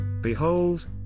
Behold